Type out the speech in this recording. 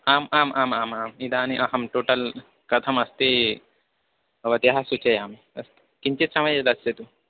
आम् आम् आम् आम् आम् इदानीम् अहं टुटल् कथमस्ति भवतीं सूचयामि अस्तु किञ्चित् समयं दास्यतु